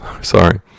Sorry